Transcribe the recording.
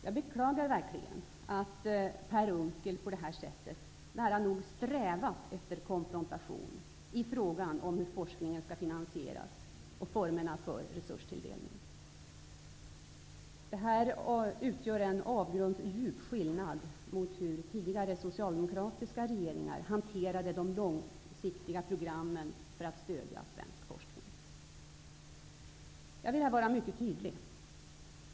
Jag beklagar verkligen att Per Unckel på det här sättet nära nog har strävat efter konfrontation i frågan om hur forskningen skall finansieras och formerna för resurstilldelning. Detta utgör en avgrundsdjup skillnad mot hur tidigare socialdemokratiska regeringar hanterade de långsiktiga programmen för att stödja svensk forskning. Jag vill här vara mycket tydlig.